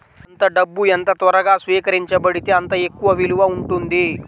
ఎంత డబ్బు ఎంత త్వరగా స్వీకరించబడితే అంత ఎక్కువ విలువ ఉంటుంది